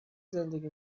زندگی